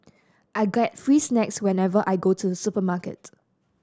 I get free snacks whenever I go to supermarket